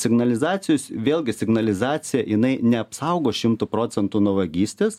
signalizacijos vėlgi signalizacija jinai neapsaugo šimtu procentų nuo vagystės